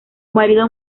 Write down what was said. marido